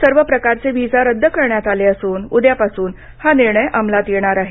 सर्व प्रकारचे व्हिसा रद्द करण्यात आले असून उद्यापासून हा निर्णय अंमलात येणार आहे